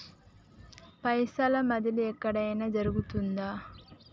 పైసల బదిలీ ఎక్కడయిన జరుగుతదా?